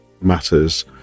matters